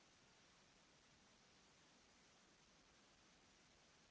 grazie.